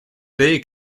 day